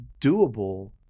doable